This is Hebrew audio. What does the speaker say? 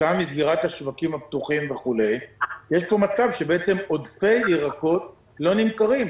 כתוצאה מסגירת השווקים הפתוחים יש פה מצב שבעצם עודפי ירקות לא נמכרים.